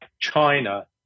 China